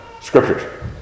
scriptures